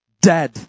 dead